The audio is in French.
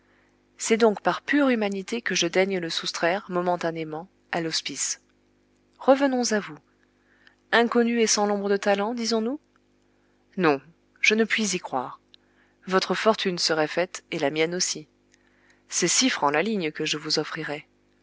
c'est donc par pure humanité que je daigne le soustraire momentanément à l'hospice revenons à vous inconnu et sans l'ombre de talent disons-nous non je ne puis y croire votre fortune serait faite et la mienne aussi c'est six francs la ligne que je vous offrirais